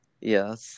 Yes